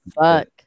fuck